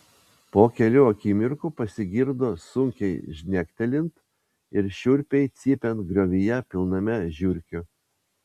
po kelių akimirkų pasigirdo sunkiai žnektelint ir šiurpiai cypiant griovyje pilname žiurkių